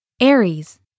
Aries